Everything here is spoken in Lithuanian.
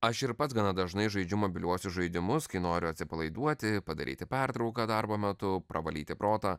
aš ir pats gana dažnai žaidžiu mobiliuosius žaidimus kai noriu atsipalaiduoti padaryti pertrauką darbo metu pravalyti protą